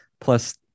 plus